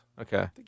Okay